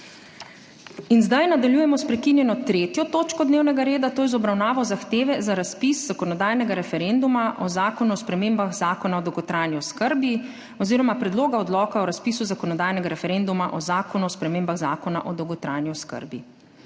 In zdaj nadaljujemo s prekinjeno 3. točko dnevnega reda - zahteva za razpis zakonodajnega referenduma o Zakonu o spremembah Zakona o dolgotrajni oskrbi oziroma Predloga odloka o razpisu zakonodajnega referenduma o Zakonu o spremembah Zakona o dolgotrajni oskrbi.